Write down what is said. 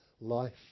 life